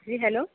जी hello